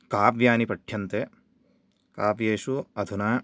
काव्यानि पठ्यन्ते काव्येषु अधुना